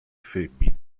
femmine